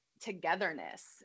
togetherness